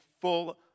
full